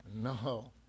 No